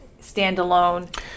standalone